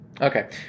Okay